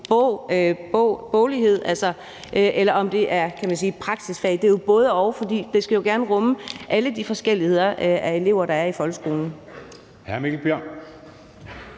boglighed eller det er praksisfag; det er et både-og, for det skal jo gerne rumme alle de forskellige elever, der er i folkeskolen.